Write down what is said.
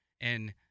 and-